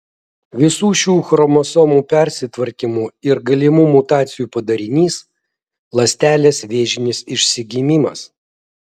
visų šių chromosomų persitvarkymų ir galimų mutacijų padarinys ląstelės vėžinis išsigimimas